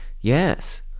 yes